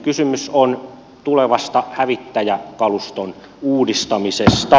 kysymys on tulevasta hävittäjäkaluston uudistamisesta